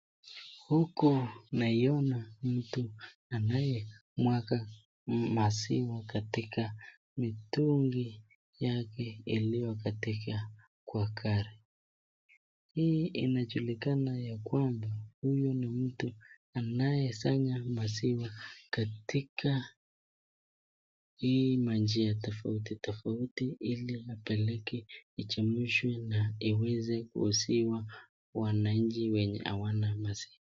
Huku naiona mtu anayemwaga maziwa katika mitungi yake iliyo katika kwa gari ,hii inajulikana ya kwamba huyu ni mtu anayesanya maziwa katika hii manjia tofauti tofauti ili apeleke ichemshwe na iweze kuuziwa wananchi wenye hawana maziwa.